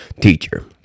Teacher